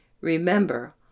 Remember